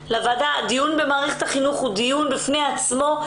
דיון במערכת החינוך הוא דיון בפני עצמו.